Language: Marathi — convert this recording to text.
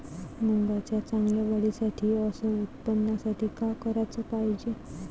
मुंगाच्या चांगल्या वाढीसाठी अस उत्पन्नासाठी का कराच पायजे?